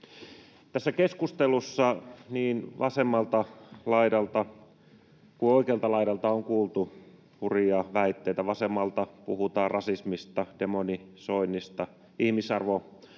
Tässä keskustelussa niin vasemmalta laidalta kuin oikealta laidalta on kuultu hurjia väitteitä. Vasemmalta puhutaan rasismista, demonisoinnista, ihmisarvon